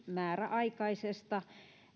määräaikaisista